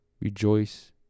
rejoice